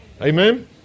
Amen